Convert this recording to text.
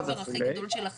צריך לפנות לגבי קבורה,